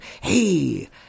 Hey